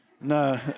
No